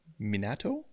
Minato